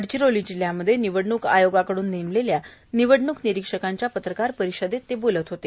गडचिरोली जिल्हयामध्ये निवडणूक आयोगाकडून नेमलेल्या निवडणूक निरिक्षकांच्या पत्रकार परिषदेत ते बोलत होते